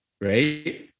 right